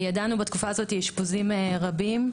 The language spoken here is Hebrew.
ידענו בתקופה הזו אשפוזים רבים,